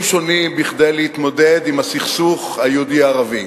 שונים כדי להתמודד עם הסכסוך היהודי ערבי.